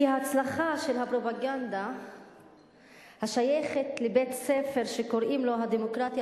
כי ההצלחה של הפרופגנדה השייכת לבית-ספר שקוראים לו "הדמוקרטיה